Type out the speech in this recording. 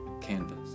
canvas